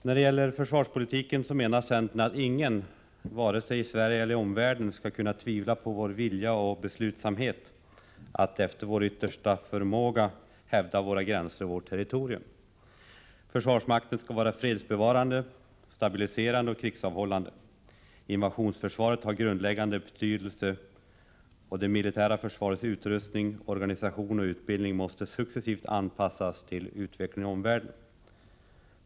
Centern menar att ingen — varken i Sverige eller i omvärlden — skall kunna tvivla på vår vilja och beslutsamhet att efter vår yttersta förmåga hävda våra gränser och vårt territorium. Försvarsmakten skall vara fredsbevarande, stabiliserande och krigsavhållande. Invasionsförsvaret har grundläggande betydelse. Det militära försvarets utrustning, organisation och utbildning måste successivt anpassas till utvecklingen i omvärlden.